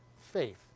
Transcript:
faith